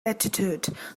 attitude